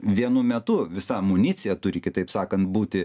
vienu metu visa amunicija turi kitaip sakant būti